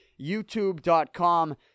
youtube.com